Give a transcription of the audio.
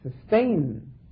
sustain